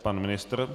Pan ministr?